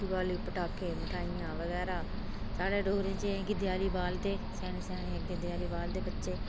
दिपाली पटाखे मठेआइयां बगैरा साढ़े डोगरे च ऐ है कि दिआली बालदे स्याने अग्गै दियाली बालदे बच्चे